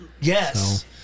yes